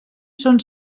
són